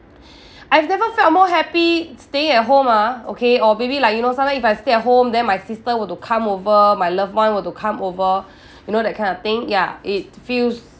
I've never felt more happy staying at home ah okay or maybe like you know sometime if I stay at home then my sister were to come over my loved one were to come over you know that kind of thing ya it feels